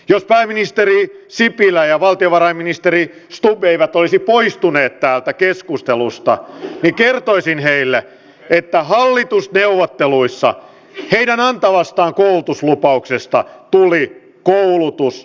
jos pääministeri sipilä ja valtiovarainministeri stubb eivät olisi poistuneet täältä keskustelusta niin kertoisin heille että hallitusneuvotteluissa heidän antamastaan koulutuslupauksesta tuli koulutuspetos